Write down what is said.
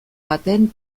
baten